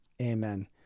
Amen